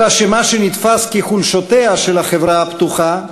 אלא שמה שנתפס כחולשותיה של החברה הפתוחה,